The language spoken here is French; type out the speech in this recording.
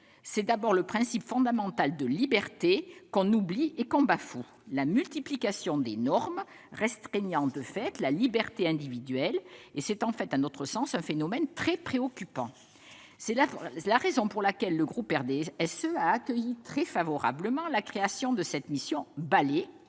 c'est en premier le principe fondamental de liberté qu'on oublie et qu'on bafoue. La multiplication des normes restreignant de fait la liberté individuelle est en effet, à notre sens, un phénomène très préoccupant. C'est la raison pour laquelle le groupe du RDSE a accueilli très favorablement la création de cette mission Balai,